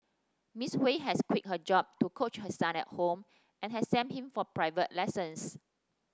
Miss Hui has quit her job to coach her son at home and has sent him for private lessons